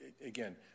Again